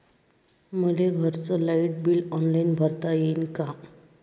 मले घरचं light bill online भरता येईन का?